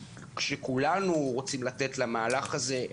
כולנו רוצים לתת למהלך הזה.